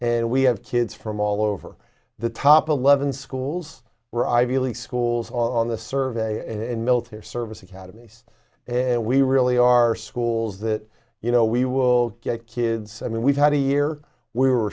and we have kids from all over the top eleven schools were ivy league schools on the survey in military service academies and we really are schools that you know we will get kids i mean we've had a year we were